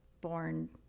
born –